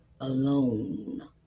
alone